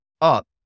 up